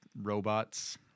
robots